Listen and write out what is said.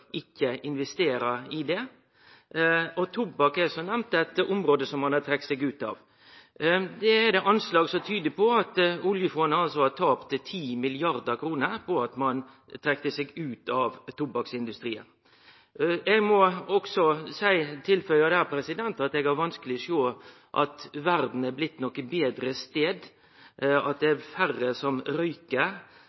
i det. Tobakksindustrien er, som nemnt, eit område som ein har trekt seg ut av. Det er anslag som tyder på at oljefondet har tapt 10 mrd. kr på at ein trekte seg ut av tobakksindustrien. Eg må også tilføye at eg har vanskelegheiter med å sjå at verda har blitt ein betre stad, at det er færre som røyker, eller at det